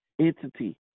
entity